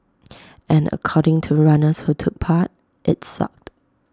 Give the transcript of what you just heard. and according to runners who took part IT sucked